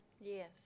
Yes